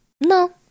No